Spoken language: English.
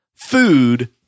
Food